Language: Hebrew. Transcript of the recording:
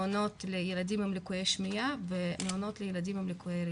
מעונות לילדים עם לקויות שמיעה ומעונות עם ילדים עם ליקויי ראיה,